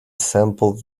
sampled